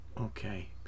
Okay